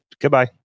goodbye